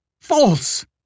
False